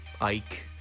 Ike